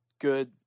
good